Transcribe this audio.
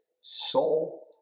soul